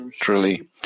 truly